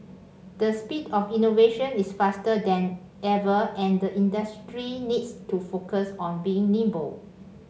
the speed of innovation is faster than ever and the industry needs to focus on being nimble